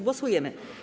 Głosujemy.